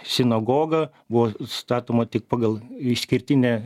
sinagoga buvo statoma tik pagal išskirtinę